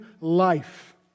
life